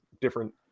different